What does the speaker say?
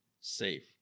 safe